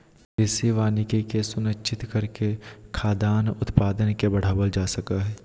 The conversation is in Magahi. कृषि वानिकी के सुनिश्चित करके खाद्यान उत्पादन के बढ़ावल जा सक हई